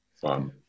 fun